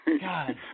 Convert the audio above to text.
God